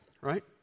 right